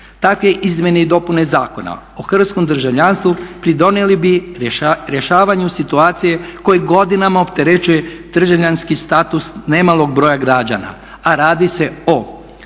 Takve izmjene i dopune Zakona o hrvatskom državljanstvu pridonijele bi rješavanju situacije koje godinama opterećuje državljanski status nemalog broja građana, a radi se o